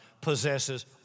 possesses